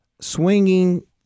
swinging